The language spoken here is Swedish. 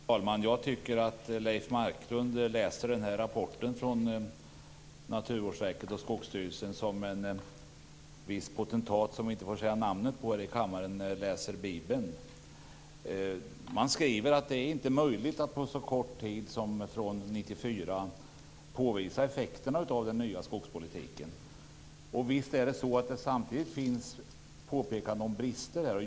Fru talman! Jag tycker att Leif Marklund läser rapporten från Naturvårdsverket och Skogsstyrelsen som en viss potentat, som vi inte får säga namnet på här i kammaren, läser Bibeln. I rapporten skriver man att det inte är möjligt på så kort tid som från 1994 påvisa effekterna av den nya skogspolitiken. Samtidigt finns påpekanden om brister.